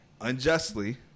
unjustly